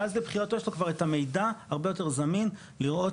ואז יש כבר את המידע הרבה יותר זמין לראות,